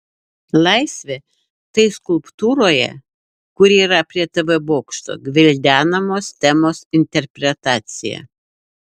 laisvė tai skulptūroje kuri yra prie tv bokšto gvildenamos temos interpretacija